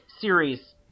series